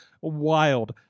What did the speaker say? wild